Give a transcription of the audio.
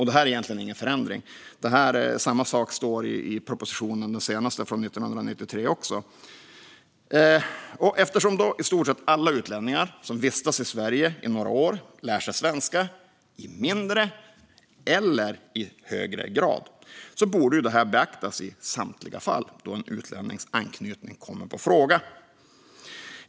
Det är egentligen ingen förändring; samma sak står även i den senaste propositionen från 1993. Eftersom i stort sett alla utlänningar som vistas i Sverige i några år lär sig svenska i mindre eller högre grad borde det här beaktas i samtliga fall då en utlännings anknytning kommer på fråga.